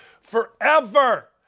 forever